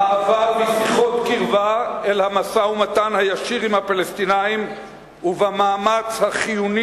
במעבר משיחות קרבה אל המשא-ומתן הישיר עם הפלסטינים ובמאמץ החיוני